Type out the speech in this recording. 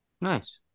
Nice